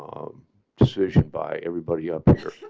decision by everybody on picture,